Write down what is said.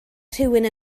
rhywun